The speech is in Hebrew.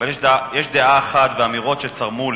אבל יש דעה אחת ואמירות שצרמו לי,